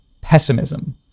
pessimism